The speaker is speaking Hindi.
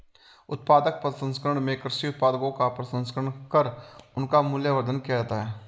उत्पाद प्रसंस्करण में कृषि उत्पादों का प्रसंस्करण कर उनका मूल्यवर्धन किया जाता है